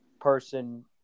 person